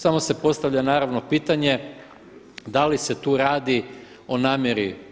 Samo se postavlja, naravno pitanje da li se tu radi o namjeri.